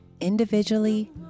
individually